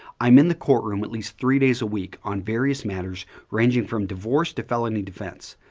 i'm in the courtroom at least three days a week on various matters ranging from divorce to felony defense.